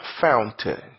fountain